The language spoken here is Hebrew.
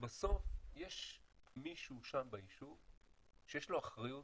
בסוף יש מישהו שם ביישוב שיש לו אחריות